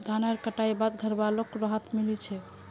धानेर कटाई बाद घरवालोक राहत मिली छे